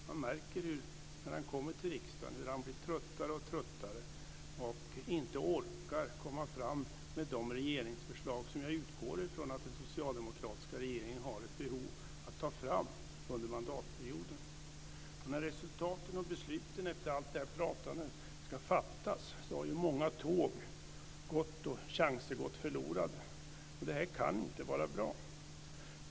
Man märker när han kommer till riksdagen hur han blir tröttare och tröttare och inte orkar komma fram med de regeringsförslag som jag utgår ifrån att den socialdemokratiska regeringen har ett behov av att ta fram under mandatperioden. När resultaten och besluten efter allt det här pratandet ska fattas har många tåg gått och chanser gått förlorade. Detta kan inte vara bra.